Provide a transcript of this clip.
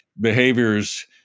behaviors